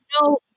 no